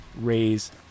raise